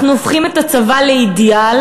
אנחנו הופכים את הצבא לאידיאל,